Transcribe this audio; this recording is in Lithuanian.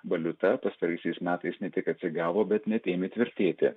valiuta pastaraisiais metais ne tik atsigavo bet net ėmė tvirtėti